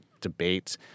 debate